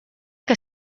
que